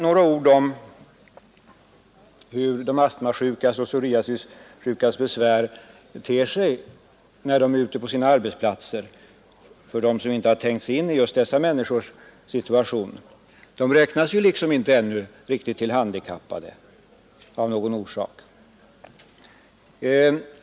Jag vill dock först för dem som inte har tänkt sig in i dessa människors situation säga några ord om de astmasjukas och psoriasissjukas besvär när de är ute på sina arbetsplatser. De räknas ju av någon orsak ännu inte riktigt till de handikappade.